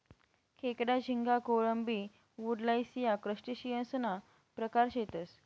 खेकडा, झिंगा, कोळंबी, वुडलाइस या क्रस्टेशियंससना प्रकार शेतसं